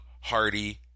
Hardy